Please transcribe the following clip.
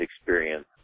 experience